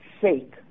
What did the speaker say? sake